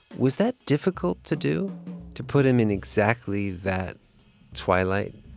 was that difficult to do to put him in exactly that twilight?